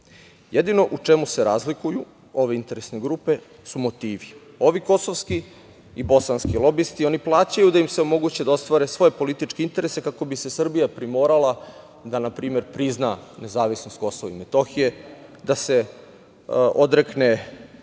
Jedino u čemu se razlikuju ove interesne grupe su motivi. Ovi kosovski i bosanski lobisti oni plaćaju da im se omoguće da ostvare svoje političke interese kako bi se Srbija primorala da, na primer prizna nezavisnost KiM, da se odrekne